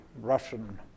Russian